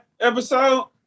episode